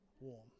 warm